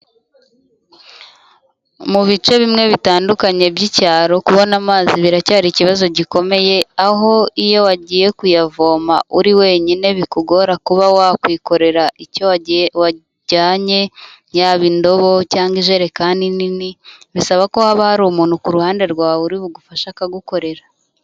Mu bice bimwe bitandukanye by'icyaro, kubona amazi biracyari ikibazo gikomeye, aho iyo wagiye kuyavoma uri wenyine bikugora kuba wakwikorera icyo wajyanye, yaba indobo cyangwa ijerekani nini. Bisaba ko haba hari umuntu ku ruhande rwawe uri bugufashe, akagukorera.